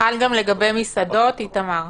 חל גם לגבי מסעדות, איתמר?